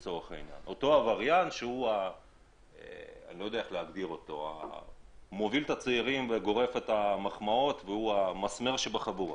אותו עבריין שמוביל את הצעירים והוא המרכז בחבורה.